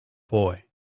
boy